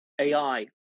AI